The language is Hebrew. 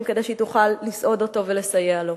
כדי שהיא תוכל לסעוד אותו ולסייע לו,